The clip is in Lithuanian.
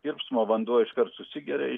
tirpsmo vanduo iškart susigeria į